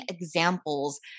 examples